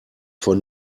von